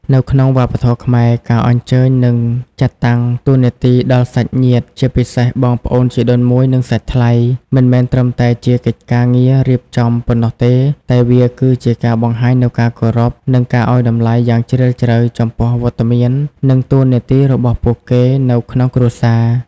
នៅក្នុងវប្បធម៌ខ្មែរ ការអញ្ជើញ និងចាត់តាំងតួនាទី ដល់សាច់ញាតិ ជាពិសេសបងប្អូនជីដូនមួយ និងសាច់ថ្លៃ មិនមែនត្រឹមតែជាកិច្ចការងាររៀបចំប៉ុណ្ណោះទេ តែវាគឺជា ការបង្ហាញនូវការគោរព និងការឱ្យតម្លៃយ៉ាងជ្រាលជ្រៅ ចំពោះវត្តមាន និងតួនាទីរបស់ពួកគេនៅក្នុងគ្រួសារ។